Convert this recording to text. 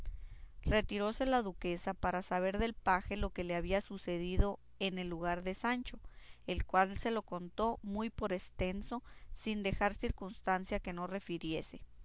retiróse la duquesa para saber del paje lo que le había sucedido en el lugar de sancho el cual se lo contó muy por estenso sin dejar circunstancia que no refiriese